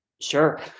Sure